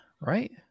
right